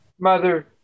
Mother